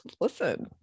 listen